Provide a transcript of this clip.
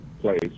place